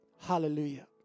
Hallelujah